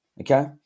Okay